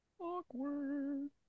Awkward